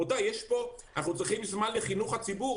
רבותיי, אנחנו צריכים זמן לחינוך הציבור.